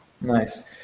Nice